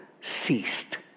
ceased